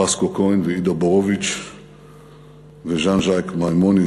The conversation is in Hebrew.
לפסקו כהן ואידה בורוביץ וז'אן ז'אק מימוני,